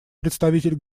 представитель